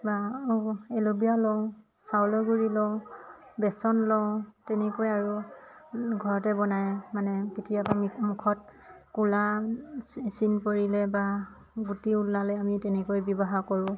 বা এলোবেৰা লওঁ চাউলৰ গুড়ি লওঁ বেচন লওঁ তেনেকৈ আৰু ঘৰতে বনাই মানে কেতিয়াবা মুখত ক'লা চিন পৰিলে বা গুটি ওলালে আমি তেনেকৈ ব্যৱহাৰ কৰোঁ